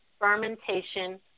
fermentation